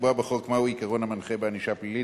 לקבוע בחוק מהו העיקרון המנחה בענישה פלילית